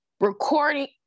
recording